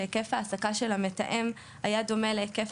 שהיקף ההעסקה של המתאם היה דומה להיקף